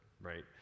right